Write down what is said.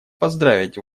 поздравить